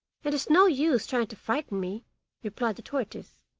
it is no use trying to frighten me replied the tortoise.